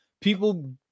people